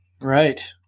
right